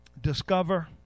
discover